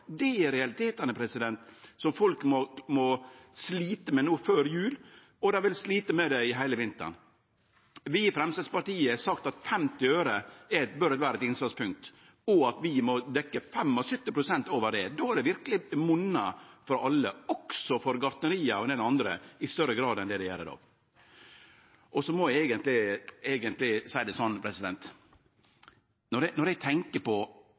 er realitetane som folk må slite med no før jul, og dei vil slite med det heile vinteren. Vi i Framstegspartiet har sagt at 50 øre bør vere eit innslagspunkt, og at vi må dekkje 75 pst. over det. Det er då det verkeleg monar for alle, også for gartneria og ein del andre, i større grad enn det det gjer i dag. Så må eg eigentleg seie det sånn: Når eg tenkjer på straumprisar i Noreg, er det som å tenkje på